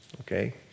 Okay